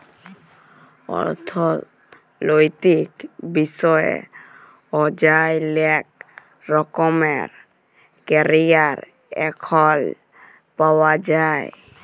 অথ্থলৈতিক বিষয়ে অযায় লেক রকমের ক্যারিয়ার এখল পাউয়া যায়